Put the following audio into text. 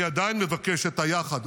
אני עדיין מבקש את ה"יחד",